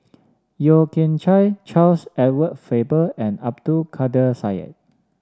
Yeo Kian Chye Charles Edward Faber and Abdul Kadir Syed